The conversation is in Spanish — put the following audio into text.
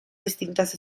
distintas